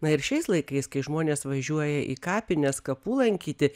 na ir šiais laikais kai žmonės važiuoja į kapines kapų lankyti